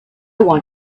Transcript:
want